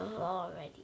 already